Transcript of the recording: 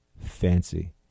Fancy